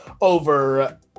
over